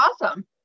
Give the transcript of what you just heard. awesome